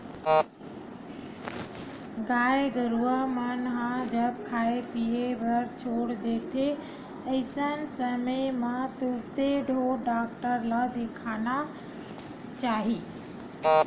गाय गरुवा मन ह जब खाय पीए बर छोड़ देथे अइसन समे म तुरते ढ़ोर डॉक्टर ल देखाना चाही